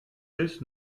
bis